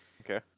Okay